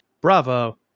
bravo